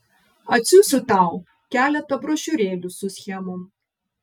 atsiųsiu tau keletą brošiūrėlių su schemom